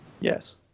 yes